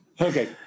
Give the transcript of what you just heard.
Okay